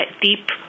deep